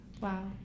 wow